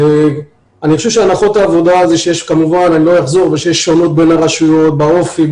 אני חושב שהנחות העבודה הן שיש שונות בין הרשויות באופי,